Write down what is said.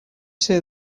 say